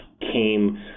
came